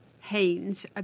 Haynes